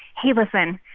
hey, listen.